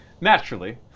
Naturally